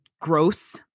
gross